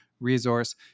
resource